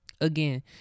again